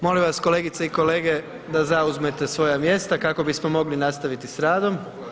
Molim vas kolegice i kolege da zauzmete svoja mjesta, kako bismo mogli nastaviti s radom.